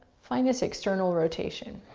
find this external rotation.